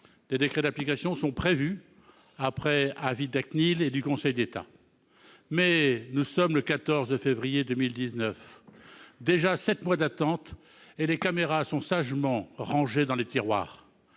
Des décrets d'application sont prévus, après avis de la CNIL et du Conseil d'État. Nous sommes le 14 février 2019 ! Déjà sept mois d'attente, et les caméras sont toujours sagement rangées dans les tiroirs